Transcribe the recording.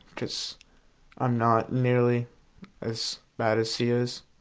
because i'm not nearly as bad as he is.